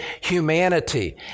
humanity